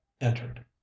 entered